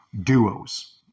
duos